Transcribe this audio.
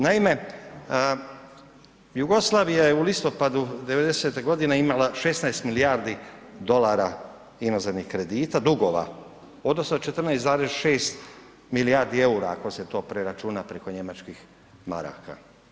Naime, Jugoslavija je u listopadu '90. godine imala 16 milijardi dolara inozemnih kredita dugova odnosno 14,6 milijardi eura ako se to preračuna preko njemačkih maraka.